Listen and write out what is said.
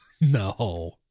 no